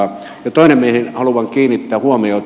ja toinen mihin haluan kiinnittää huomiota